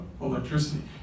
electricity